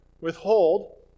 Withhold